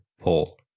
Paul